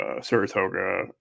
Saratoga